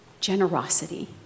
generosity